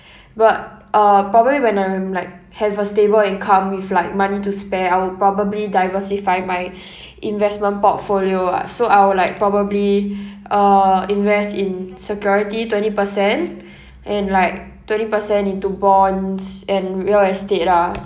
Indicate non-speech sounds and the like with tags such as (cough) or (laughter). (breath) but uh probably when I'm like have a stable income with like money to spare I would probably diversify my (breath) investment portfolio ah so I would like probably uh invest in security twenty percent and like twenty percent into bonds and real estate ah